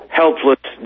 helpless